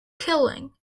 killing